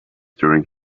during